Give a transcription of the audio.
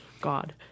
God